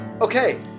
Okay